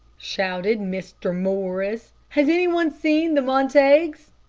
shouted mr. morris. has any one seen the montagues?